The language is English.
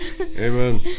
Amen